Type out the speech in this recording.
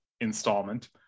installment